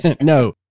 No